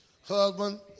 Husband